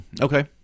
Okay